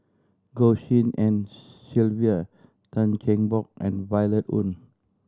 Goh Tshin En Sylvia Tan Cheng Bock and Violet Oon